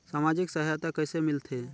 समाजिक सहायता कइसे मिलथे?